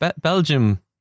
Belgium